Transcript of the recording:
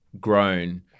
grown